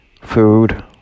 food